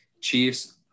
Chiefs